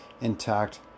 intact